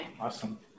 Awesome